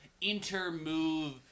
inter-move